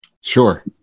Sure